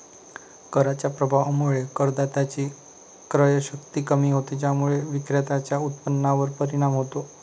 कराच्या प्रभावामुळे करदात्याची क्रयशक्ती कमी होते, ज्यामुळे विक्रेत्याच्या उत्पन्नावर परिणाम होतो